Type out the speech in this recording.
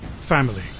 Family